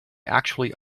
actually